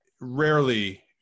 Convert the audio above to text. rarely